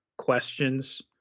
Questions